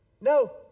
No